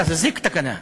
די כבר.